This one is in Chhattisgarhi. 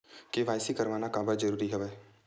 के.वाई.सी करवाना काबर जरूरी हवय?